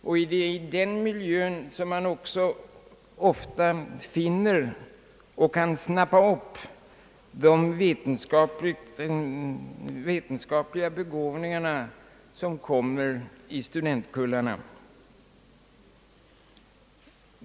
Och det är i den miljön som man också ofta finner och kan snappa upp de vetenskapliga begåvningar som finns i studentkullarna.